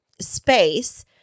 space